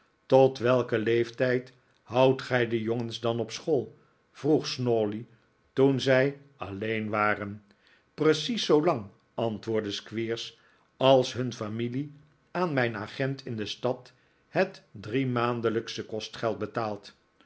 tot welken leeftijd houdt gij de jongens dan op school vroeg snawley toen zij alleen waren precies zoolang antwoordde squeers als hun familie aan mijn agent in de stad het driemaandelijksche kostgeld betaalt